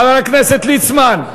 חבר הכנסת ליצמן,